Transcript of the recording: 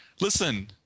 Listen